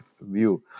View